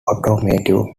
automotive